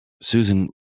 Susan